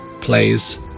plays